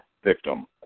Victim